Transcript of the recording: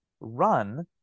run